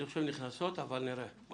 אני חושב שהן נכנסות אבל נראה.